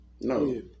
No